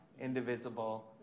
indivisible